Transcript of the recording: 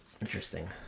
Interesting